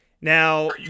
Now